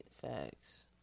Facts